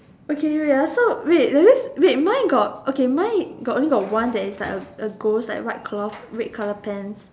okay wait ah so wait that means wait wait mine got okay mine got only got one that is like a ghost white cloth red colour pants